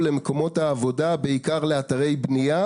למקומות העבודה בעיקר לאתרי בנייה,